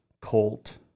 Colt